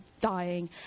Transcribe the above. dying